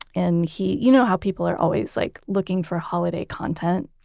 and he, you know how people are always like looking for holiday content?